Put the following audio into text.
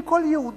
עם כל יהודי.